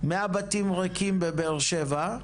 100 בתים ריקים בבאר שבע,